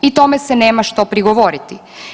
I tome se nema što prigovoriti.